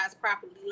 properly